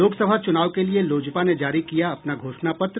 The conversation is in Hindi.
लोकसभा चुनाव के लिए लोजपा ने जारी किया अपना घोषणा पत्र